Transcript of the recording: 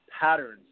patterns